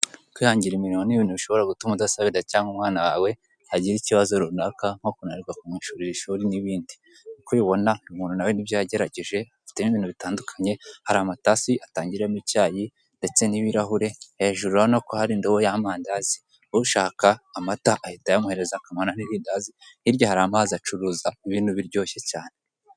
Kwihangira imirimo n'ibintu bishobora gutuma udasabiriza cyangwa umwana wawe agira ikibazo runaka nko kunanirwa kumwishyurira ishuri n'ibindi, nkuko ubibona uyu muntu nawe nibyo yagerageje afitemo ibintu bitandukanye hari amatasi atangiramo icyayi ndetse n'ibirahure hejuru urabona ko hari indobo y'amandazi ushaka amata ahita ayamuhereza akamuha n'irindazi hirya hari amazi, acuruza ibintu biryoshye cyane.